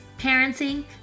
parenting